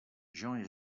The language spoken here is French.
jean